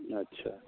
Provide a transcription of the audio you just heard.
अच्छा